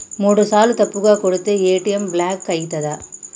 మూడుసార్ల తప్పుగా కొడితే ఏ.టి.ఎమ్ బ్లాక్ ఐతదా?